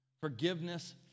Forgiveness